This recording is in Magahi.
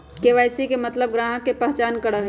के.वाई.सी के मतलब ग्राहक का पहचान करहई?